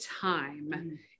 time